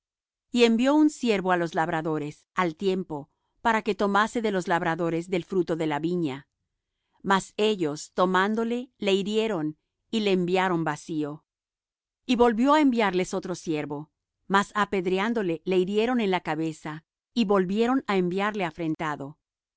y envió un siervo á los labradores al tiempo para que tomase de los labradores del fruto de la viña mas ellos tomándole le hirieron y le enviaron vacío y volvió á enviarles otro siervo mas apedreándole le hirieron en la cabeza y volvieron á enviarle afrentado